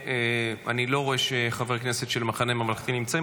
אני לא רואה שחברי הכנסת של המחנה הממלכתי נמצאים,